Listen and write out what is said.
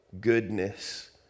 goodness